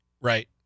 Right